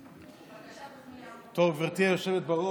טוב, גברתי היושבת-ראש,